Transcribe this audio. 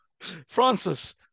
Francis